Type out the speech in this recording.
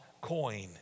coin